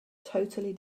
totally